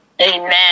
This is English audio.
Amen